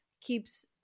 keeps